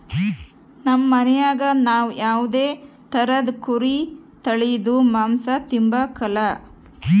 ನಮ್ ಮನ್ಯಾಗ ನಾವ್ ಯಾವ್ದೇ ತರುದ್ ಕುರಿ ತಳೀದು ಮಾಂಸ ತಿಂಬಕಲ